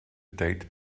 date